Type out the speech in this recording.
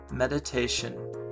Meditation